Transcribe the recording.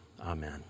Amen